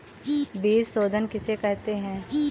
बीज शोधन किसे कहते हैं?